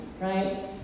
right